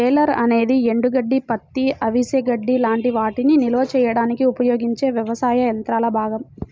baler అనేది ఎండుగడ్డి, పత్తి, అవిసె గడ్డి లాంటి వాటిని నిల్వ చేయడానికి ఉపయోగించే వ్యవసాయ యంత్రాల భాగం